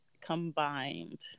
combined